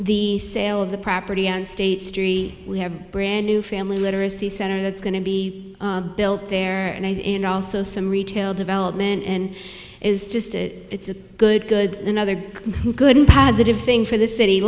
the sale of the property and state street we have a brand new family literacy center that's going to be built there and also some retail development and is just a it's a good good another good and positive thing for the city